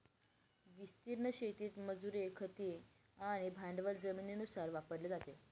विस्तीर्ण शेतीत मजुरी, खते आणि भांडवल जमिनीनुसार वापरले जाते